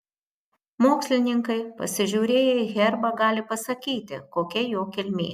mokslininkai pasižiūrėję į herbą gali pasakyti kokia jo kilmė